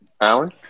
Alan